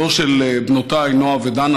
הדור של בנותיי נועה ודנה,